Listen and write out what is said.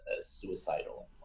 suicidal